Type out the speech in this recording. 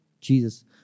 Jesus